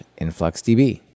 InfluxDB